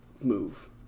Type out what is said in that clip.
move